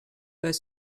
pas